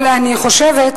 אבל אני חושבת,